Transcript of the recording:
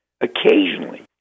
occasionally